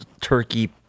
turkey